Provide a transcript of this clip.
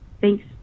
Thanks